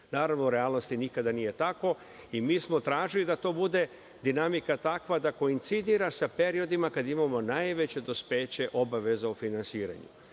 Naravno, u realnosti i nikada nije tako i mi smo tražili da dinamika bude takva da koincidira sa periodima kada imamo najveće dospeće obaveznog finansiranja. Setite